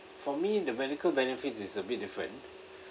for me the medical benefits is a bit different